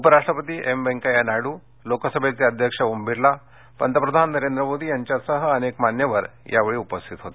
उपराष्ट्रपती वेंकय्या नायडू लोकसभेचे अध्यक्ष ओम बिर्ला पंतप्रधान नरेंद्र मोदी यांच्यासह अनेक मान्यवर यावेळी उपस्थित होते